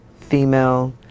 female